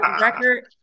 record